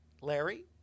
Larry